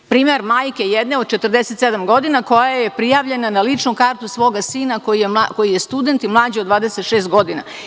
Primer majke jedne od 47 godina, koja je prijavljena na ličnu kartu svog sina koji je student i mlađi od 26 godina.